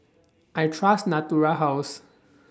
I Trust Natura House